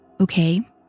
Okay